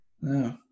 No